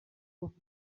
fourth